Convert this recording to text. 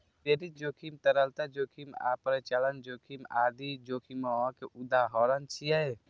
credit जोखिम, तरलता जोखिम आ परिचालन जोखिम आदि जोखिमक उदाहरण छियै